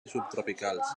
subtropicals